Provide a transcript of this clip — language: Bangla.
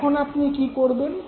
এখন আপনি কী করবেন